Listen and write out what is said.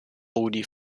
prodi